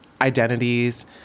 identities